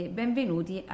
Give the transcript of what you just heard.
benvenuti